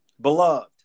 Beloved